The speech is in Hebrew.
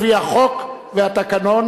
לפי החוק והתקנון,